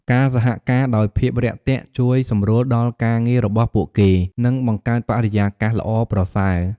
ការសហការដោយភាពរាក់ទាក់ ជួយសម្រួលដល់ការងាររបស់ពួកគេ និងបង្កើតបរិយាកាសល្អប្រសើរ។